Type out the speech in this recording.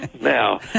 now